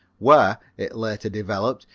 where, it later developed,